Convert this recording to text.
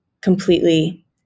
completely